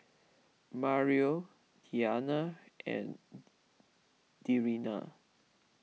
Mario Tiana and Darian